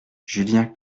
julien